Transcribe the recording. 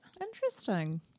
interesting